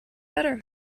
better